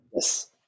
Yes